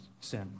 sin